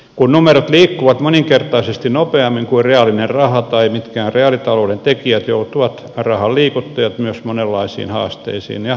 kun numerot liikkuvat moninkertaisesti nopeammin kuin reaalinen raha tai mitkään reaalitalouden tekijät joutuvat rahan liikuttajat myös monenlaisiin haasteisiin ja jopa houkutuksiin